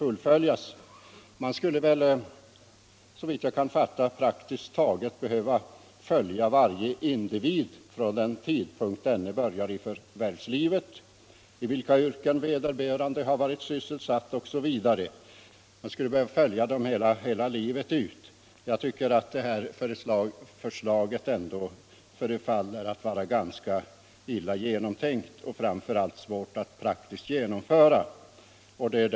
Såvitt jag kan förstå skulle man då praktiskt taget behöva följa varje individ från den dag då han eller hon börjar i förvärvslivet, se efter vilka yrken ve I derbörande har sysslat med osv. Man skulle behöva följa varje människa — Vissa delpensionshela arbetslivet ut. Ett sådant förslag förefaller mig vara ganska illa genom = frågor m.m. tänkt och framför allt skulle det bli mycket svårt att praktiskt genomföra.